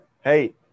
hey